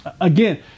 Again